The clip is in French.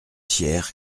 hier